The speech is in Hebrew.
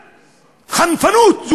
חנפנות,